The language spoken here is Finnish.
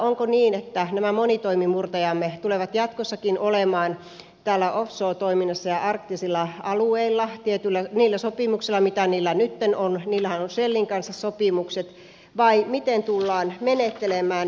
onko niin että nämä monitoimimurtajamme tulevat jatkossakin olemaan täällä offshore toiminnassa ja arktisilla alueilla niillä sopimuksilla mitä niillä nytten on niillähän on shellin kanssa sopimukset vai miten tullaan menettelemään